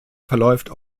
verläuft